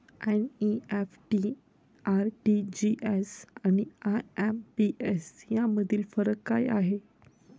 NEFT, RTGS आणि IMPS यामधील फरक काय आहे?